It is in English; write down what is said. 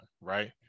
right